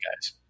guys